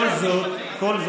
כל זאת, מה?